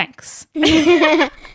thanks